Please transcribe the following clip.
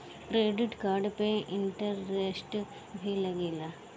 Credit card पे interest भी लागेला?